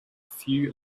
few